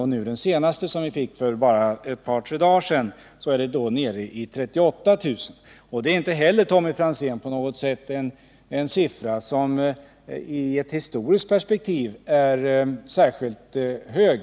Och den senaste, som vi fick för bara ett par tre dagar sedan, visar en ungdomsarbetslöshet på 38 000. Detta är inte, Tommy Franzén, en siffra som i ett historiskt perspektiv är särskilt hög.